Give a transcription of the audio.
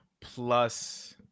plus